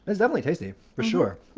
it's definitely tasty, for sure.